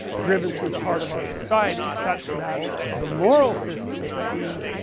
driven through the heart of our societies, such that the moral systems that we